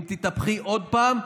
אם תתהפכי עוד פעם,